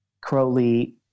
Crowley